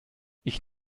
ich